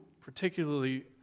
particularly